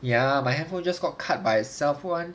ya my handphone just got cut by itself [one]